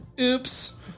oops